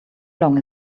long